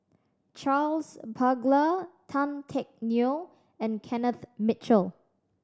Charles Paglar Tan Teck Neo and Kenneth Mitchell